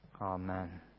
Amen